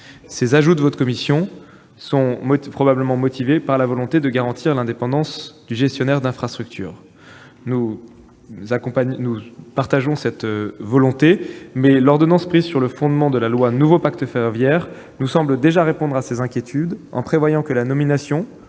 des lois du Sénat sont probablement motivés par la volonté de garantir l'indépendance du gestionnaire d'infrastructure. Certes, nous partageons cette volonté, mais l'ordonnance prise sur le fondement de la loi Nouveau pacte ferroviaire répond déjà à ces inquiétudes, en prévoyant que la nomination,